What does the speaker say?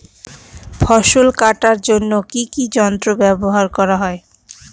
ফসল কাটার জন্য কি কি যন্ত্র ব্যাবহার করা হয়?